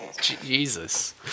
Jesus